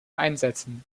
einsetzen